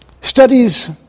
studies